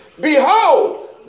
Behold